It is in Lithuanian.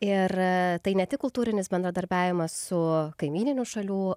ir tai ne tik kultūrinis bendradarbiavimas su kaimyninių šalių